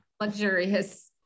luxurious